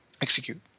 execute